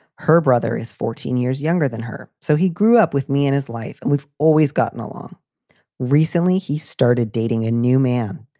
her brother is fourteen years younger than her, so he grew up with me in his life and we've always gotten along recently he started dating a new man.